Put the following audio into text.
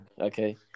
Okay